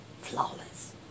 flawless